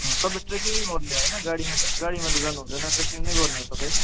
तपाईँ ट्रेकिङै गर्ने होइन गाडीमा त गाडीमा त जानु हुँदैन ट्रेकिङै गर्ने हो तपाईँ